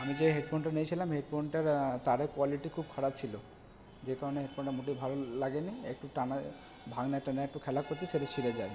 আমি যে হেডফোনটা নিয়েছিলাম হেডফোনটার তারের কোয়ালিটি খুব খারাপ ছিল যে কারণে হেডফোনটা মোটেই ভালো লাগেনি একটু টানে ভাগ্নে টেনে একটু খেলা করতে সেটা ছিঁড়ে যায়